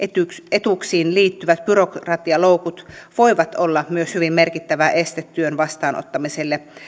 etuuksiin liittyvät byrokratialoukut voivat olla myös hyvin merkittävä este työn vastaanottamiselle